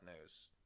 news